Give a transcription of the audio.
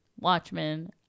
Watchmen